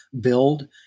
build